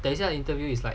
等一下 interview is like